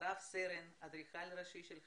רב-סרן, אדריכל ראשי של חטיבה,